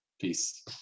Peace